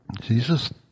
Jesus